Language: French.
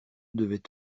devait